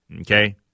okay